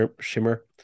Shimmer